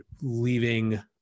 leaving